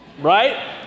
right